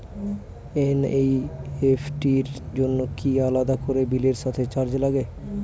NEFT র জন্য কি আলাদা করে বিলের সাথে চার্জ লাগে?